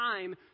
time